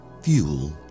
Fuel